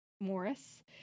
Morris